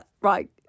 right